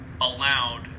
allowed